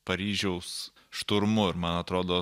paryžiaus šturmu ir man atrodo